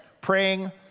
praying